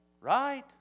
Right